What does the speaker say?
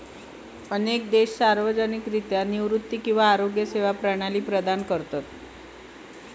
अनेक देश सार्वजनिकरित्या निवृत्ती किंवा आरोग्य सेवा प्रणाली प्रदान करतत